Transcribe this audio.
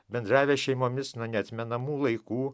bendravę šeimomis nuo neatmenamų laikų